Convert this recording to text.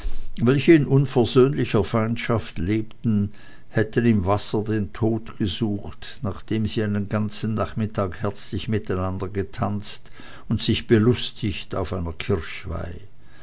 welche in unversöhnlicher feindschaft lebten hätten im wasser den tod gesucht nachdem sie einen ganzen nachmittag herzlich miteinander getanzt und sich belustigt auf einer kirchweih